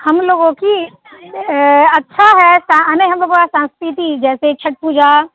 हम लोगों की अच्छा है सा आने हम लोगों का संस्कृति जैसे छठ पूजा